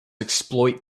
exploit